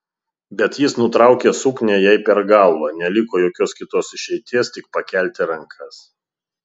bet jis nutraukė suknią jai per galvą neliko jokios kitos išeities tik pakelti rankas